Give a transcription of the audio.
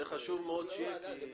זה חשוב מאוד שיהיה.